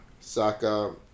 Saka